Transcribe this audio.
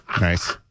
Nice